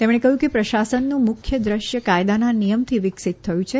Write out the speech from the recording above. તેમણે કહ્યું કે પ્રશાસનનું મુખ્ય દૃશ્ય કાયદાના નિયમથી વિકસીત થયું છે